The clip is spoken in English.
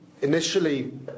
initially